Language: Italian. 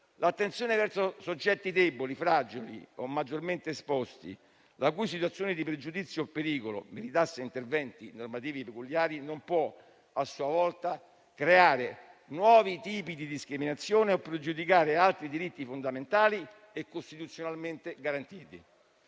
L'attenzione verso soggetti deboli, fragili o maggiormente esposti, la cui situazione di pregiudizio o pericolo meritasse interventi normativi peculiari, non può, a sua volta, creare nuovi tipi di discriminazione o pregiudicare altri diritti fondamentali e costituzionalmente garantiti.